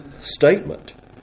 statement